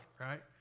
right